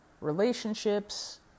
relationships